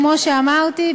כמו שאמרתי,